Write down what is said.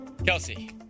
Kelsey